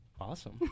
Awesome